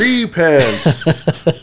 Repent